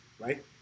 right